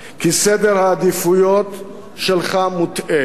כי סדר העדיפויות שלך מוטעה,